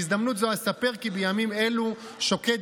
בהזדמנות זו אספר כי בימים אלה שוקד